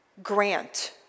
grant